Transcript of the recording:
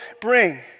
bring